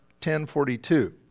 10.42